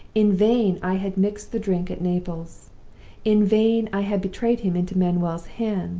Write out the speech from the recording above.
in vain i had mixed the drink at naples in vain i had betrayed him into manuel's hands.